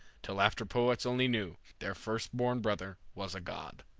till after-poets only knew their first-born brother was a god.